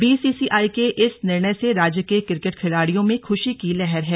BCCI के इस निर्णय से राज्य के क्रिकेट खिलाड़ियों में खुशी की लहर है